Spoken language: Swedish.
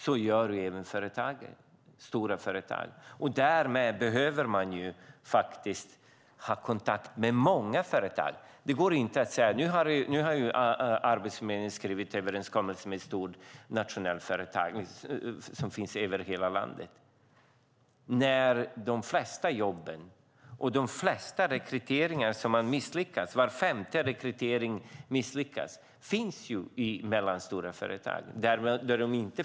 Så gör även stora företag. Därmed behöver man ha kontakt med många företag. Det räcker inte att säga att Arbetsförmedlingen har gjort någon överenskommelse med ett stort nationellt företag som finns över hela landet. De flesta jobben kommer till i mellanstora företag som inte finns över hela landet. Det är också där flest rekryteringar misslyckas. Totalt misslyckas var femte rekrytering.